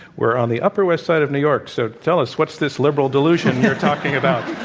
we're on the upper west side of new york, so tell us, what's this liberal delusion you're talking about?